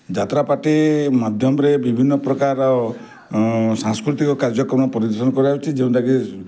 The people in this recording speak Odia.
ଯାତ୍ରା ପାର୍ଟି ମାଧ୍ୟମରେ ବିଭିନ୍ନପ୍ରକାର ସାଂସ୍କୃତିକ କାର୍ଯ୍ୟକ୍ରମ ପରିବେଷଣ କରାଯାଉଛି ଯେଉଁଟାକି